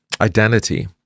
Identity